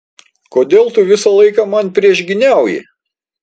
kodėl tu visą laiką man priešgyniauji